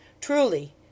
Truly